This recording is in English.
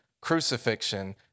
crucifixion